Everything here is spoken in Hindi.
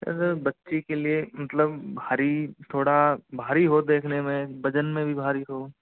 सर बच्ची के लिए मतलब भारी थोड़ा भारी हो देखने में वजन में भी भारी हो